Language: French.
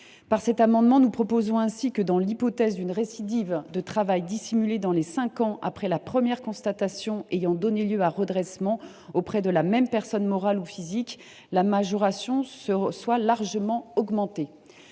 Par cet amendement, nous proposons que, dans l’hypothèse d’une récidive de travail dissimulé dans les cinq ans suivant la notification d’une première constatation ayant donné lieu à redressement auprès de la même personne morale ou physique, la majoration soit largement augmentée.